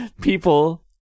people